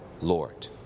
Lord